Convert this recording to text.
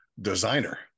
designer